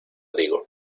digo